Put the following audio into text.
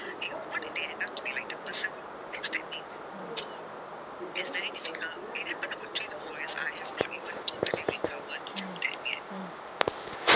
mm mm